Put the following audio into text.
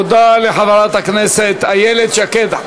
תודה לחברת הכנסת איילת שקד.